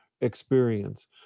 experience